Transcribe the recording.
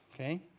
Okay